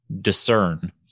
discern